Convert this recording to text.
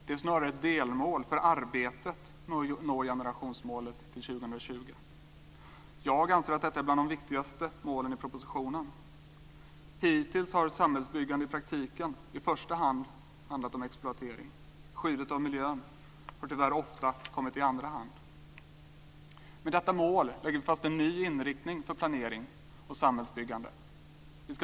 Det är snarare ett delmål för arbetet med att nå generationsmålet till 2020. Jag anser att det är bland de viktigaste målen i propositionen. Hittills har samhällsbyggande i praktiken i första hand handlat om exploatering. Skyddet av miljön har tyvärr ofta kommit i andra hand. Med detta mål lägger vi fast en ny inriktning för planering och samhällsbyggande.